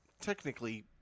technically